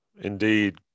Indeed